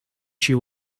she